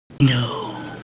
No